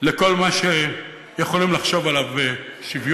לכל מה שיכולים לחשוב עליו בשוויון,